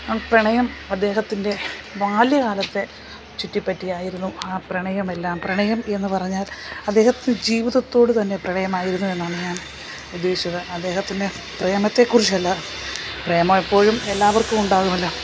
പ്രണയം അദ്ദേഹത്തിൻ്റെ ബാല്യകാലത്തെ ചുറ്റിപ്പറ്റിയായിരുന്നു ആ പ്രണയമെല്ലാം പ്രണയം എന്ന് പറഞ്ഞാൽ അദ്ദേഹത്തിന് ജീവിതത്തോട് തന്നെ പ്രണയമായിരുന്നു എന്നാണ് ഞാൻ ഉദ്ദേശിച്ചത് അദ്ദേഹത്തിന് പ്രേമത്തെ കുറിച്ചല്ല പ്രേമം എപ്പോഴും എല്ലാവർക്കും ഉണ്ടാകുമല്ലോ